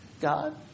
God